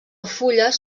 fulles